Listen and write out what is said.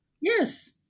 Yes